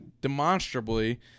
demonstrably